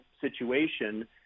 situation